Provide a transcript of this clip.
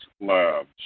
Labs